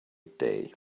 day